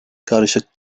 karışık